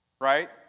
right